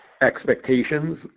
expectations